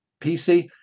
PC